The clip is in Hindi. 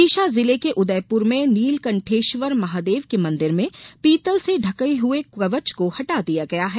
विदिशा जिले के उदयपुर में नीलकंठेश्वर महादेव के मंदिर में पीतल से ढका हुए कवच को हटा दिया गया है